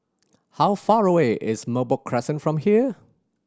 how far away is Merbok Crescent from here